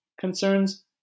concerns